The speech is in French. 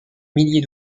milliers